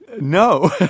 No